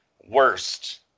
worst